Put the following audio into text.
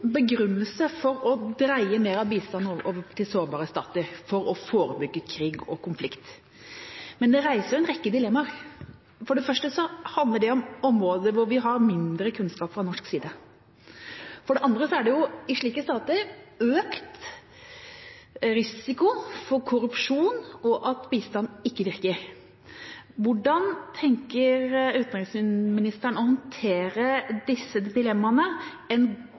å dreie mer av bistanden over til sårbare stater for å forebygge krig og konflikt. Men det reiser en rekke dilemmaer. For det første handler det om områder hvor vi har mindre kunnskap fra norsk side. For det andre er det i slike stater økt risiko for korrupsjon og at bistand ikke virker. Hvordan tenker utenriksministeren å håndtere disse dilemmaene? En